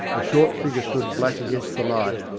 a short figure stood black against the light,